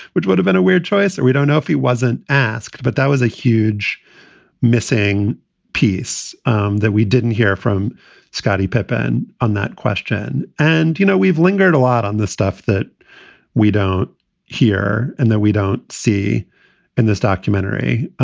which would have been a weird choice. and we don't know if he wasn't asked, but that was a huge missing piece um that we didn't hear from scottie pippen on that question. and, you know, we've lingered a lot on the stuff that we don't hear and then we don't see in this documentary.